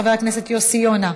חבר הכנסת יוסי יונה,